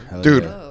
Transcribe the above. Dude